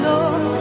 Lord